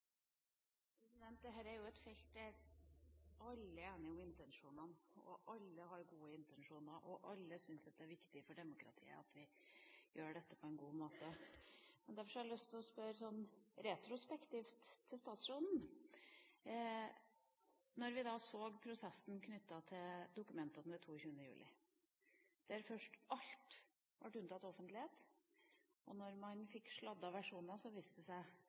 et felt der alle er enige om intensjonene. Alle har gode intensjoner, og alle syns at det er viktig for demokratiet at vi gjør dette på en god måte. Derfor har jeg lyst til å spørre statsråden retrospektivt. Når vi ser på prosessen knyttet til dokumentene fra 22. juli, ble først alt unntatt offentlighet. Da man fikk sladdede versjoner, viste det seg